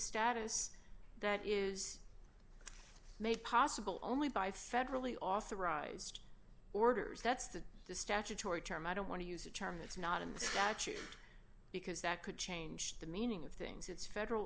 status that is made possible only by federally authorized orders that's the statutory term i don't want to use a term that's not in the statute because that could change the meaning of things it's federal